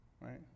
Right